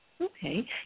Okay